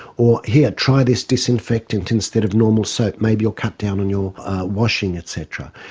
or, here, try this disinfectant instead of normal soap, maybe you'll cut down on your washing et cetera.